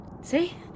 see